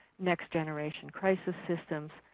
next-generation crisis systems,